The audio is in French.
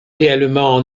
réellement